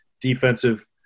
defensive –